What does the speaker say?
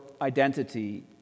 identity